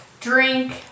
drink